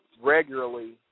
regularly